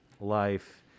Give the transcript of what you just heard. life